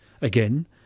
again